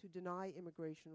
to deny immigration